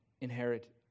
inherit